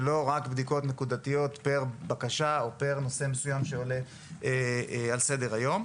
ולא רק בדיקות נקודתיות פר בקשה או פר נושא מסוים שעולה על סדר היום.